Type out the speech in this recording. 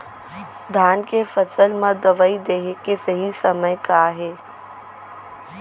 धान के फसल मा दवई देहे के सही समय का हे?